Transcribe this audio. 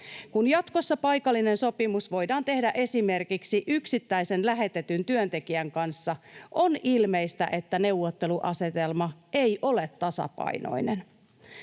Kun jatkossa paikallinen sopimus voidaan tehdä esimerkiksi yksittäisen lähetetyn työntekijän kanssa, on ilmeistä, että neuvotteluasetelma ei ole tasapainoinen.